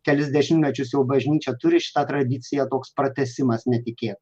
kelis dešimtmečius jau bažnyčia turi šitą tradiciją toks pratęsimas netikėt